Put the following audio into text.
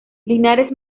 linares